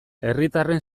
herritarren